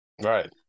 Right